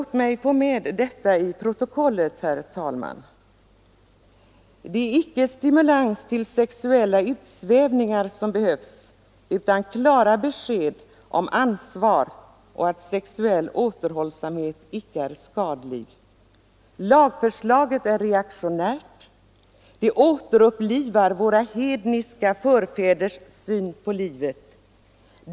Låt mig få med brevet i protokollet: ”Det är icke stimulans till sexuella utsvävningar som behövs utan klara besked om ansvar och att sexuell återhållsamhet icke är skadlig. Lagförslaget är reaktionärt. Det återupplivar våra hedniska förfäders syn på livet.